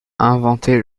inventé